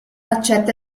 accetta